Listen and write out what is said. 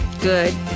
good